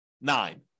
nine